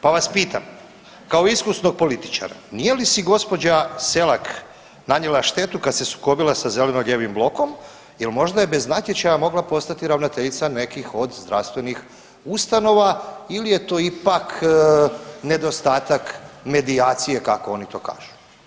Pa vas pitam kao iskusnog političara nije li si gospođa Selak nanijela štetu kad se sukobila sa Zeleno-lijevim blokom jer možda je bez natječaja mogla postati ravnateljica nekih od zdravstvenih ustanova ili je to ipak nedostatak medijacije kako oni to kažu.